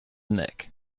neck